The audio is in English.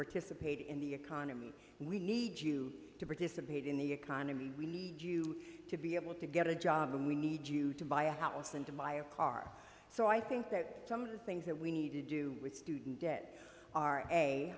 participate in the economy we need you to participate in the economy we need you to be able to get a job and we need you to buy a house and my a car so i think that some of the things that we need to do with student debt are a